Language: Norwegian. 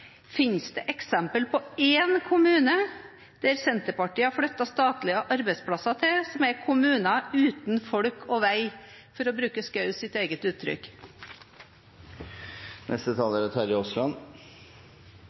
Finnes det eksempel på én kommune som Senterpartiet har flyttet statlige arbeidsplasser til, som er en kommune uten folk og vei, for å bruke Schous eget uttrykk?